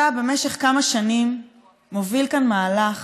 אתה במשך כמה שנים מוביל כאן מהלך